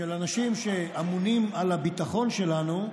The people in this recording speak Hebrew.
של אנשים שאמונים על הביטחון שלנו,